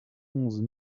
onze